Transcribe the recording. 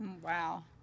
wow